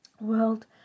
world